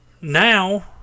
now